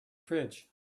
fridge